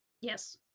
Yes